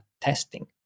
testing